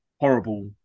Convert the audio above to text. horrible